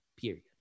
period